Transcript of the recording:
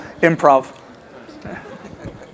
improv